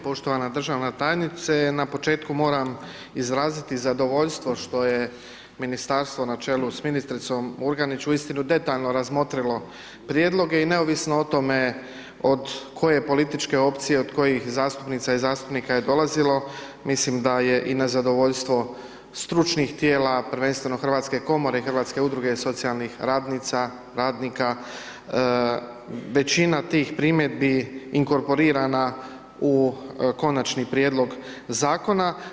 Poštovana državna tajnice, na početku moram izraziti zadovoljstvo što je ministarstvo načelom s ministricom Murganić, uistinu detaljno razmotrilo prijedloge i neovisno o tome, od koje političke opcije, od kojih zastupnica i zastupnika je dolazilo, mislim da je i nezadovoljstvo stručnih tijela, prvenstveno Hrvatske komore i Hrvatske udruge socijalnih radnika, radnica, većina tih primjedbi inkorporirana u konačni prijedlog zakona.